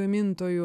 gamintojų